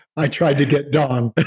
i tried to get dawn. but